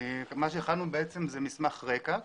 מה שהכנו, זה מסמך רקע.